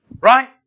Right